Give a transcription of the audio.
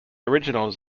originals